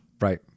Right